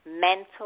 mental